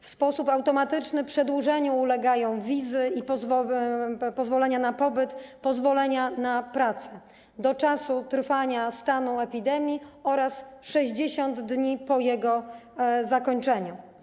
W sposób automatyczny przedłużeniu ulegają wizy i pozwolenia na pobyt, pozwolenia na pracę w czasie trwania stanu epidemii oraz w okresie 60 dni po jego zakończeniu.